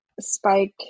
spike